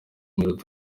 melody